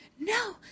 No